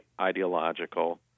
ideological